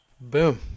Boom